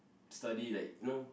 study like you know